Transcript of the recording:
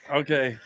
okay